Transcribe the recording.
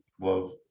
love